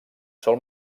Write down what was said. sol